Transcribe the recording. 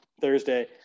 Thursday